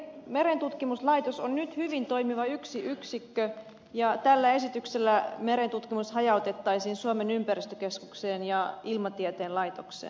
merentutkimuslaitos on nyt hyvin toimiva yksi yksikkö ja tällä esityksellä merentutkimus hajautettaisiin suomen ympäristökeskukseen ja ilmatieteen laitokseen